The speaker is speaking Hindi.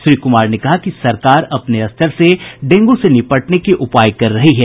श्री कुमार ने कहा कि सरकार अपने स्तर से डेंगू से निपटने के उपाय कर रही है